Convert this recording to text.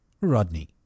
Rodney